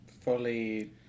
Fully